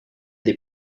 des